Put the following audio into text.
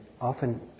often